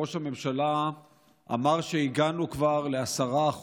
שראש הממשלה אמר שכבר הגענו ל-10%,